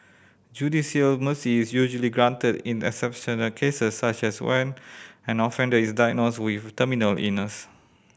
judicial mercy is usually granted in exceptional cases such as when an offender is diagnosed with terminal illness